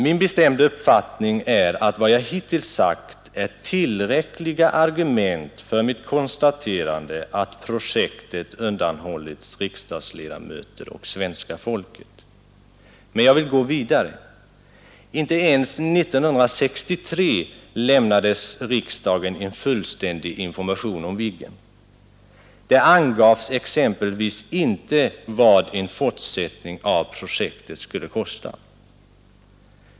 Min bestämda uppfattning är att vad jag hittills sagt är tillräckliga argument för mitt konstaterande att projektet undanhållits riksdagens ledamöter och svenska folket. Men jag vill gå vidare. Inte ens 1963 lämnades riksdagen en fullständig information om Viggen. Det angavs exempelvis inte vad en fortsättning av projektet skulle kosta.